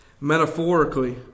metaphorically